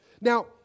Now